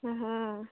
हँ